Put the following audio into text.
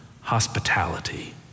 hospitality